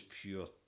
pure